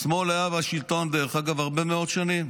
השמאל היה בשלטון, דרך אגב, הרבה מאוד שנים,